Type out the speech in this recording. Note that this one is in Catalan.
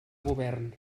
govern